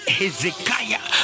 hezekiah